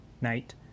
night